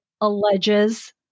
alleges